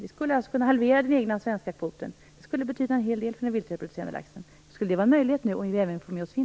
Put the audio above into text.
Vi skulle alltså kunna halvera den egna svenska kvoten, och det skulle betyda en hel del för den vildreproducerande laxen. Skulle det vara en möjlighet nu, om vi även får med oss